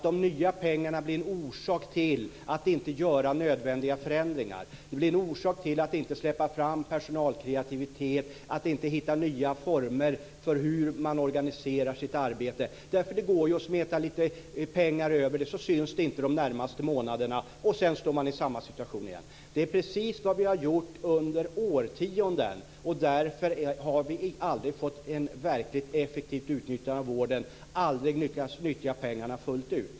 De nya pengarna blir en orsak till att inte göra nödvändiga förändringar, till att inte släppa fram personalkreativitet och till att inte hitta nya former för att organisera sitt arbete. Det går ju att smeta pengar över det, så syns det inte de närmaste månaderna. Sedan står man i samma situation igen. Det är precis vad vi har gjort under årtionden, och därför har vi aldrig fått ett verkligt effektivt utnyttjande av vården och aldrig lyckats nyttja pengarna fullt ut.